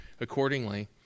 accordingly